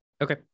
okay